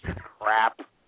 Crap